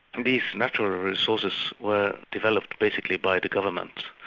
and these natural resources were developed basically by the government.